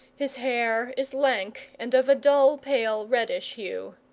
his hair is lank, and of a dull pale reddish hue.